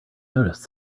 noticed